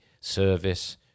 service